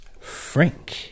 frank